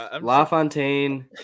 Lafontaine